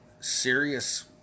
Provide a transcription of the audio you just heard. serious